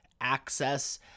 access